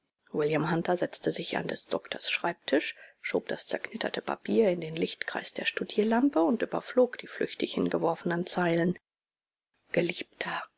william hunter setzte sich an des doktors schreibtisch schob das zerknitterte papier in den lichtkreis der studierlampe und überflog die flüchtig hingeworfenen zeilen geliebter